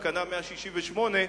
תקנה 168,